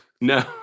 No